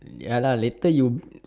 ya lah later you